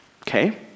Okay